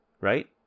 right